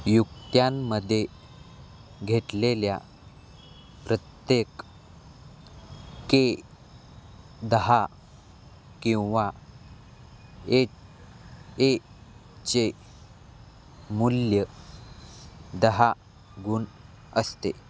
युक्त्यांमध्ये घेतलेल्या प्रत्येक के दहा किंवा एच ए चे मूल्य दहा गुण असते